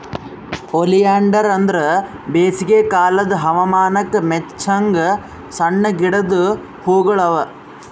oleander ಅಂದುರ್ ಬೇಸಿಗೆ ಕಾಲದ್ ಹವಾಮಾನಕ್ ಮೆಚ್ಚಂಗ್ ಸಣ್ಣ ಗಿಡದ್ ಹೂಗೊಳ್ ಅವಾ